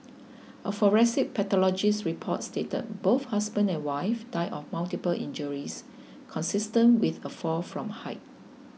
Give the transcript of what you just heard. a forensic pathologist's report stated both husband and wife died of multiple injuries consistent with a fall from height